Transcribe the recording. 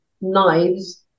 knives